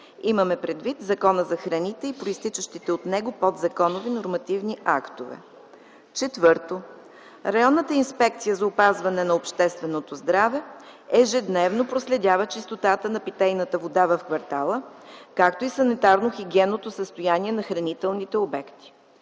Имаме предвид Закона за храните и произтичащите от него подзаконови нормативни актове. Четвърто, Районната инспекция за опазване и контрол на общественото здраве ежедневно проследява чистотата на питейната вода в квартала, както и санитарно-хигиенното състояние на хранителните обекти.